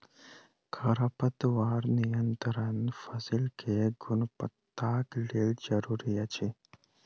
खरपतवार नियंत्रण फसील के गुणवत्ताक लेल जरूरी अछि